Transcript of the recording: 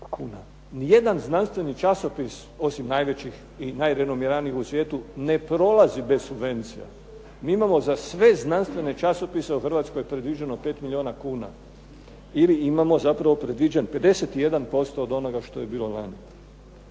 Ni jedan znanstveni časopis osim najvećih i najrenomiranijih u svijetu ne prolazi bez subvencija. Mi imamo za sve znanstvene časopise u Hrvatskoj predviđeno pet milijuna kuna ili imamo zapravo predviđen 51% od onoga što je bilo lani.